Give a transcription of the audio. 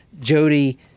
Jody